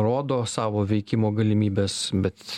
rodo savo veikimo galimybes bet